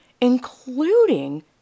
including